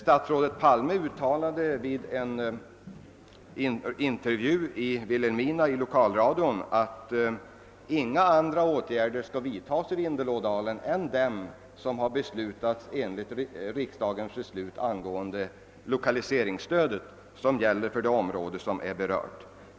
Statsminister Palme uttalade i Vilhelmina vid en intervju i lokalradion att inga andra åtgärder skall vidtas i Vindelådalen än de som följer av riksdagens beslut angående lokaliseringsstödet för det område som är berört.